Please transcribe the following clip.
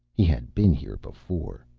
he had been here before.